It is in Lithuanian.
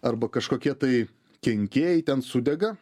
arba kažkokie tai kenkėjai ten sudega